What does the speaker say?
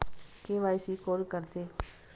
KYC कोन करथे?